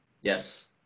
Yes